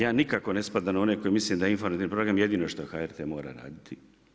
Ja nikako ne spadam u one za koje mislim da je informativni program jedino što HRT mora raditi.